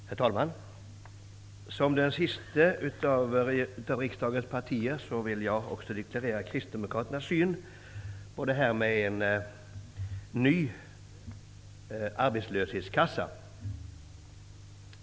Herr talman! Som representant för det sista parti som deltar i den här debatten vill jag redovisa kristdemokraternas syn på förslaget om en ny arbetslöshetsförsäkring.